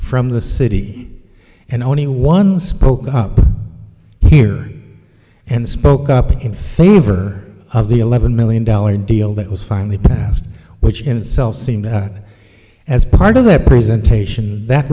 from the city and only one spoke up here and spoke up in favor of the eleven million dollar deal that was finally passed which in itself seemed as part of their presentation that